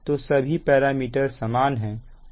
तो सभी पैरामीटर समान है